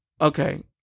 okay